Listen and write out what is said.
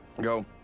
go